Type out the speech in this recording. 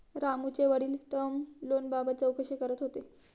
रामूचे वडील टर्म लोनबाबत चौकशी करत होते